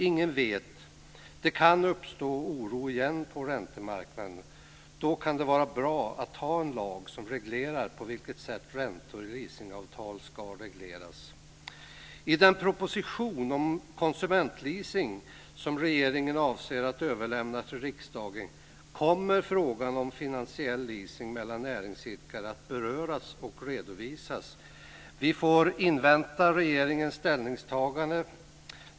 Ingen vet, det kan uppstå oro igen på räntemarknaderna. Då kan det vara bra att ha en lag som reglerar på vilket sätt räntor i leasingavtal ska regleras. I den proposition om konsumentleasing som regering avser att överlämna till riksdagen kommer frågan om finansiell leasing mellan näringsidkare att beröras och redovisas. Vi får invänta regeringens ställningstagande.